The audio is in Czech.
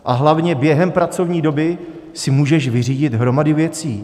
A hlavně, během pracovní doby si můžeš vyřídit hromady věcí.